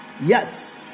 yes